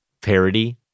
parody